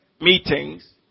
meetings